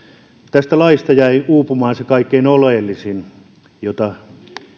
tästä laista jäi uupumaan se kaikkein oleellisin